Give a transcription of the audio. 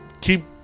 Keep